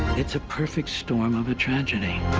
it's a perfect storm of a tragedy.